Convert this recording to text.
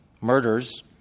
murders